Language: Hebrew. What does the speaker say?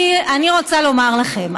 אני רוצה לומר לכם,